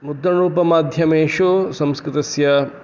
मुद्रणरूपमाध्यमेषु संस्कृतस्य